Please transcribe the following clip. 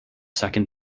second